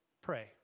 Pray